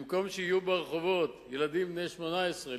במקום שיהיו ברחובות ילדים בני 18,